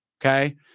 okay